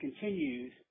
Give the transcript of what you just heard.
continues